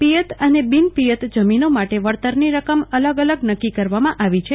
પિયત અને બિનપિયત જમીનો માટે વળતરની રકમ અલગ અલગ નક્કી કરવામાં આવી છે